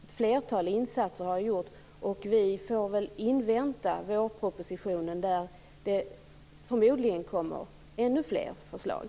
Ett flertal insatser har gjorts, och vi får invänta vårpropositionen där det förmodligen kommer ännu fler förslag.